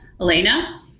Elena